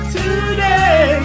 today